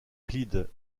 clyde